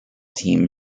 team